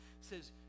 says